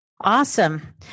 Awesome